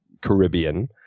Caribbean